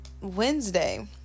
wednesday